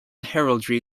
heraldry